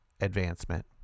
advancement